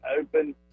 open